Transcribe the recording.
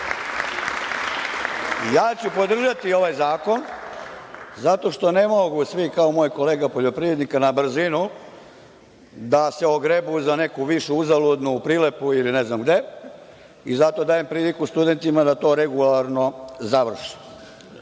ću podržati ovaj zakon zato što ne mogu svi kao moj kolega poljoprivrednik na brzinu da se ogrebu za neku višu uzaludnu u Prilepu ili ne znam gde. Zato dajem priliku studentima da to regularno završe.